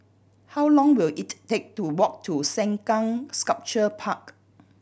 how long will it take to walk to Sengkang Sculpture Park